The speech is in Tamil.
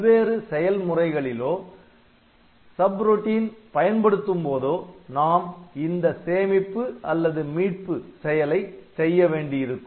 பல்வேறு செயல் முறைகளிலோ சப் ரொட்டின் பயன்படுத்தும்போதோ நாம் இந்த சேமிப்பு அல்லது மீட்பு செயலை செய்ய வேண்டியிருக்கும்